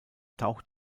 taucht